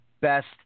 best